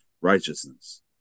righteousness